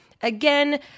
Again